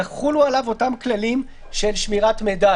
יחולו עליו אותם כללים של שמירת מידע.